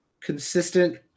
Consistent